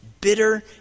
bitter